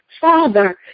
Father